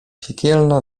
piekielna